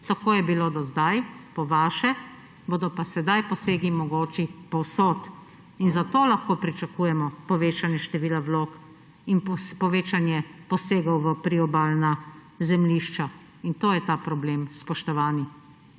Tako je bilo do zdaj, po vaše bodo pa sedaj posegi mogoči povsod in zato lahko pričakujemo povečanje števila vlog in povečanje posegov v priobalna zemljišča. In to je ta problem, spoštovani!